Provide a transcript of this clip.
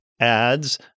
ads